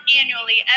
annually